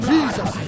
Jesus